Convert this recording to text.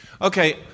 Okay